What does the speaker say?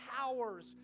powers